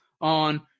on